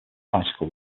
bicycle